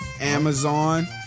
Amazon